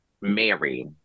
Mary